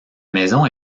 maison